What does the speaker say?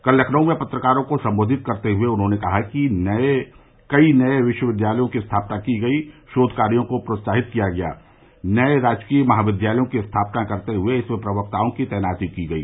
कल लखनऊ में पत्रकारों को सम्बोधित करते हुए उन्होंने कहा कि कई नये विश्वविद्यालयों की स्थापना की गई शोध कार्यो को प्रोत्साहित किया गया नये राजकीय महाविद्यालयों की स्थापना करते हुए इसमें प्रवक्ताओं की तैनाती की गई